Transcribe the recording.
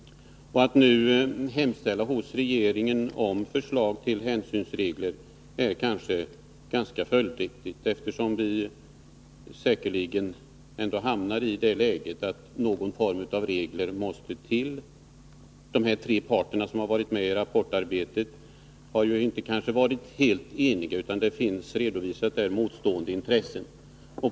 Att nu hemställa hos regeringen om förslag till hänsynsregler är kanske ganska följdriktigt, eftersom vi säkerligen ändå hamnar i det läget att någon form av regler måste till. De här tre parterna som har varit med i rapportarbetet har kanske inte varit helt eniga, utan motstående intressen har redovisats.